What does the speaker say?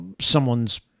someone's